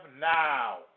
now